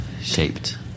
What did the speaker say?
shaped